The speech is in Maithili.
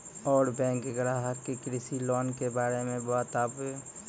और बैंक ग्राहक के कृषि लोन के बारे मे बातेबे?